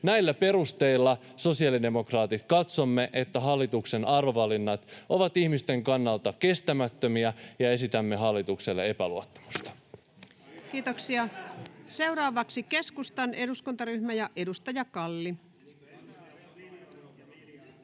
Näillä perusteilla me sosiaalidemokraatit katsomme, että hallituksen arvovalinnat ovat ihmisten kannalta kestämättömiä, ja esitämme hallitukselle epäluottamusta.” [Speech 18] Speaker: Ensimmäinen varapuhemies Paula Risikko